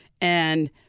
And-